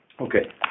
Okay